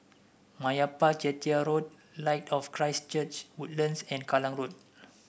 Meyappa Chettiar Road Light of Christ Church Woodlands and Kallang Road